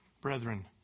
brethren